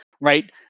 right